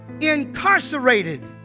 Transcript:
incarcerated